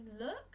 look